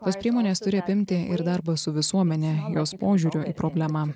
tos priemonės turi apimti ir darbą su visuomene jos požiūriu į problema